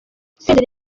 senderi